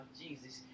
Jesus